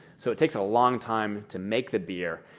so it takes a long time to make the beer.